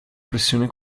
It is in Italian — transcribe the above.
pressione